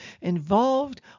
involved